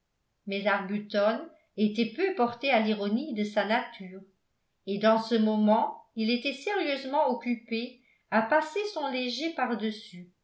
mais arbuton était peu porté à l'ironie de sa nature et dans ce moment il était sérieusement occupé à passer son léger pardessus